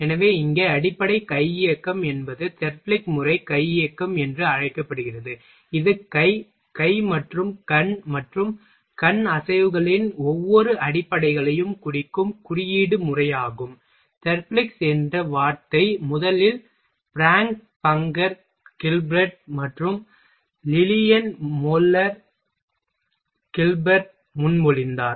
எனவே இங்கே அடிப்படை கை இயக்கம் என்பது தெர்பிலிக் முறை கை இயக்கம் என்றும் அழைக்கப்படுகிறது இது கை கை மற்றும் கண் மற்றும் கண் அசைவுகளின் ஒவ்வொரு அடிப்படைகளையும் குறிக்கும் குறியீட்டு முறையாகும் தெர்ப்லிக்ஸ் என்ற வார்த்தையை முதலில் பிராங்க் பங்கர் கில்பெர்ட் மற்றும் லிலியன் மோல்லர் கில்பெர்த் முன்மொழிந்தனர்